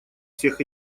всех